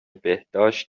بهداشت